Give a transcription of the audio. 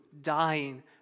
dying